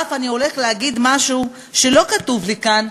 אני הולך להגיד משהו שלא כתוב לי כאן,